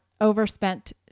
overspent